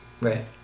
Right